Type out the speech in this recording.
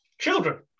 children